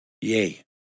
Yay